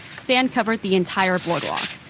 sand covered the entire boardwalk.